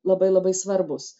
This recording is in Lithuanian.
labai labai svarbūs